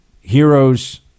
heroes